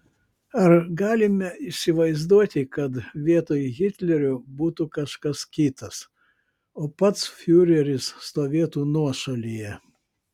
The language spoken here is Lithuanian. ar galime įsivaizduoti kad vietoj hitlerio būtų kažkas kitas o pats fiureris stovėtų nuošalyje